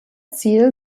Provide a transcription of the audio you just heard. ziel